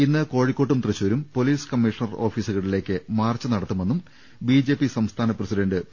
ഇന്ന് കോഴിക്കോട്ടും തൃശൂരും പൊലീസ് കമ്മീഷണർ ഓഫീസുകളിലേക്ക് മാർച്ച് നടത്തുമെന്നും ബിജെപി സംസ്ഥാന പ്രസിഡന്റ് പി